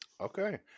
okay